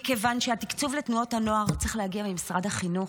מכיוון שהתקצוב לתנועת הנוער צריך להגיע ממשרד החינוך,